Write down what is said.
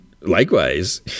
likewise